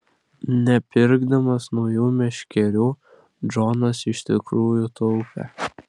nepirkdamas naujų meškerių džonas iš tikrųjų taupė